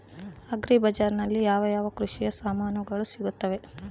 Agri ಬಜಾರಿನಲ್ಲಿ ಯಾವ ಯಾವ ಕೃಷಿಯ ಸಾಮಾನುಗಳು ಸಿಗುತ್ತವೆ?